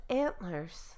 antlers